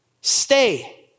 Stay